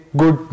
good